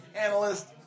analyst